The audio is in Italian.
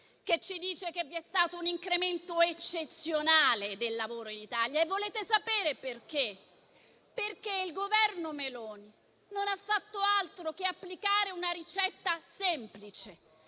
secondo cui vi è stato un incremento eccezionale del lavoro in Italia. E vi è stato perché il Governo Meloni non ha fatto altro che applicare una ricetta semplice,